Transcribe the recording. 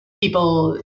people